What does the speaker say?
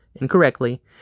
incorrectly